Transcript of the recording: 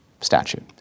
statute